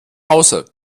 hause